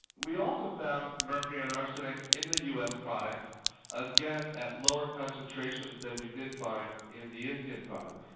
we also found mercury and arsenic in the us products again at lower concentrations than we did find in the indian products.